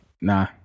Nah